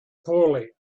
poorly